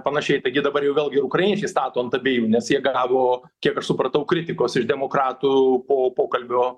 panašiai taigi dabar jau vėlgi ukrainiečiai stato ant abiejų nes jie gavo kiek aš supratau kritikos iš demokratų po pokalbio